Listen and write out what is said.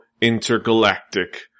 Intergalactic